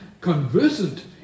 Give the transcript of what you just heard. conversant